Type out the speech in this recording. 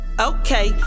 Okay